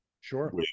Sure